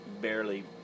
barely